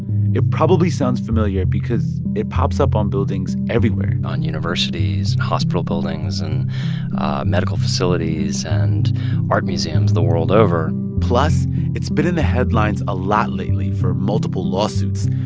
it probably sounds familiar because it pops up on buildings everywhere on universities and hospital buildings and medical facilities and art museums the world over plus it's been in the headlines a lot lately for multiple lawsuits.